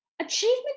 Achievement